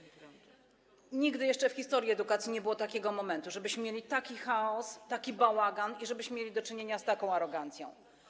Nigdy jeszcze w historii edukacji nie było takiego momentu, żebyśmy mieli taki chaos, taki bałagan i żebyśmy mieli do czynienia z taką arogancją.